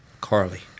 Carly